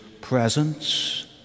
presence